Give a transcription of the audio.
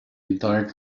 entire